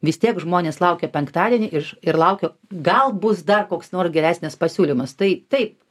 vis tiek žmonės laukia penktadienį iš ir laukia gal bus dar koks nors geresnis pasiūlymas tai taip